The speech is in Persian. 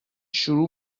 شروع